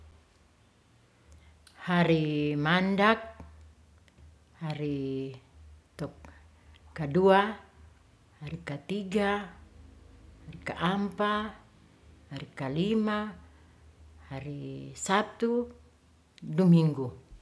Hari mandag, hari kadua, hari katiga, hari ka ampa, hari ka lima, hari sabtu du minggu.